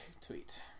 tweet